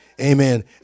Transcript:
amen